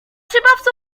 szybowcu